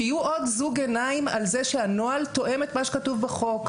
שיהיה עוד זוג עיניים על זה שהנוהל תואם את מה שכתוב בחוק.